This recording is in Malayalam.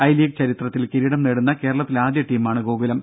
ഐ ലീഗ് ചരിത്രത്തിൽ കിരീടം നേടുന്ന കേരളത്തിലെ ആദ്യ ടീമാണ് ഗോകുലം